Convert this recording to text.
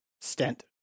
stent